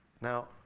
Now